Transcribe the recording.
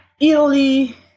Italy